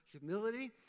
humility